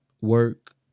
work